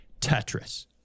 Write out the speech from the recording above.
Tetris